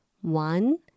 One